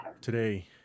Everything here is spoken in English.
Today